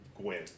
Gwen